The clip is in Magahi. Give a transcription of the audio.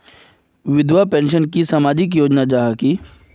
विधवा पेंशन की सामाजिक योजना जाहा की?